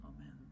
amen